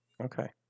Okay